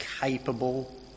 capable